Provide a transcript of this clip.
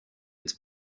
its